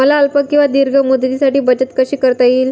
मला अल्प किंवा दीर्घ मुदतीसाठी बचत कशी करता येईल?